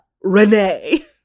Renee